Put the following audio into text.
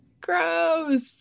gross